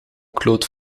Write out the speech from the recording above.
claude